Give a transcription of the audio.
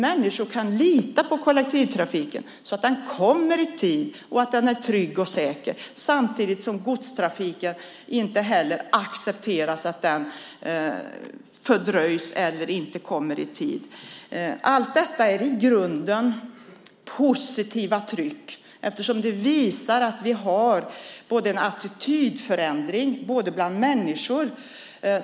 Människor ska kunna lita på kollektivtrafiken, att den håller tiderna och är trygg och säker, samtidigt som vi inte ska acceptera att godstrafiken fördröjs eller inte håller tiderna. Allt detta är i grunden ett positivt tryck, eftersom det visar att vi har en attitydförändring bland människor.